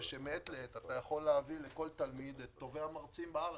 שמעת לעת אתה יכול להביא לכל תלמיד את טובי המרצים בארץ.